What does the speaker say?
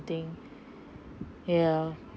thing ya